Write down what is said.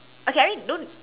okay I mean don't